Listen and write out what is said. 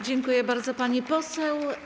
Dziękuję bardzo, pani poseł.